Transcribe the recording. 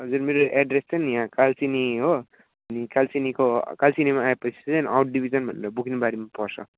हजुर मेरो एड्रेस चाहिँ यहाँ कालचिनी हो अनि कालचिनीको कालचिनीमा आएपछि चाहिँ आउट डिभिजन भनेर बुकिङबारीमा पर्छ